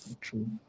True